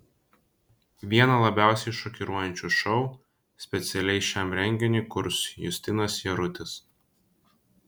vieną labiausiai šokiruojančių šou specialiai šiam renginiui kurs justinas jarutis